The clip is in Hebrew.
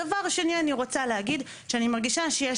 דבר שני אני רוצה להגיד שאני מרגישה שיש